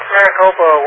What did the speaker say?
Maricopa